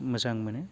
मोजां मोनो